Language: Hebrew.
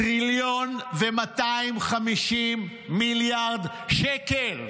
טריליון ו-250 מיליארד שקל.